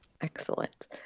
Excellent